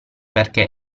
perché